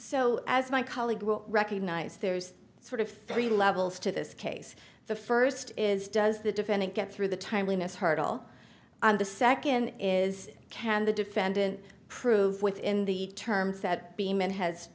so as my colleague will recognize there's sort of three levels to this case the first is does the defendant get through the timeliness hurdle on the second is can the defendant prove within the terms that the man has